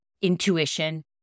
intuition